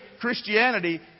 christianity